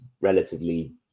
relatively